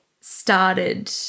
started